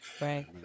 Right